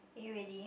are you ready